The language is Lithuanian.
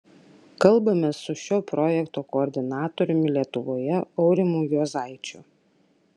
kalbamės su šio projekto koordinatoriumi lietuvoje aurimu juozaičiu